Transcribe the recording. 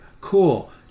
Cool